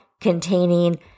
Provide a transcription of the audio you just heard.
containing